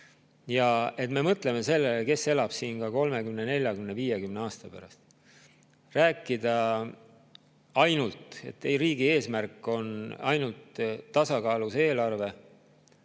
ja et me mõtleme sellele, kes elab siin ka 30, 40 või 50 aasta pärast. Rääkida, et riigi eesmärk on ainult tasakaalus eelarve,